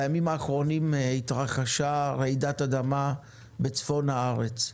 בימים האחרונים התרחשה רעידת אדמה בצפון הארץ,